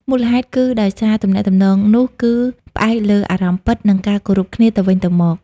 មូលហេតុគឺដោយសារ ទំនាក់ទំនងនោះគឺផ្អែកលើអារម្មណ៍ពិត និងការគោរពគ្នាទៅវិញទៅមក។